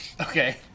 Okay